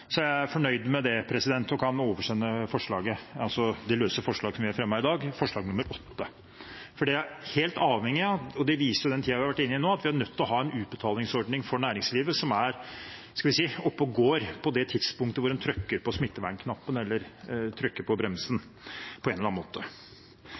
så lenge pandemien er der, og helt sikkert også etterpå, sånn at den kan håndtere en restart av utbetalinger til næringslivet – er jeg fornøyd med det og kan oversende det løse forslaget vi har fremmet i dag, forslag nr. 8. Den tiden vi har vært inne i nå, viser at vi er nødt til å ha en utbetalingsordning for næringslivet som er oppe og går på det tidspunktet en trykker på smittevernknappen eller tråkker på bremsen